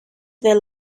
their